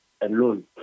alone